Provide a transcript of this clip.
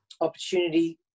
opportunity